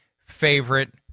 favorite